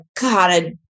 God